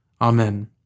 Amen